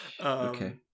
Okay